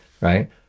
right